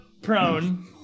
prone